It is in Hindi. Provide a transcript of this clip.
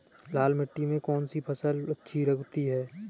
लाल मिट्टी में कौन सी फसल सबसे अच्छी उगती है?